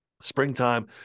springtime